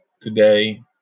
today